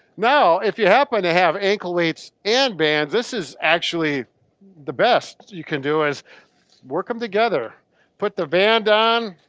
now, if you happen to have ankle weights and bands, this is actually the best you can do is work em together put the band on,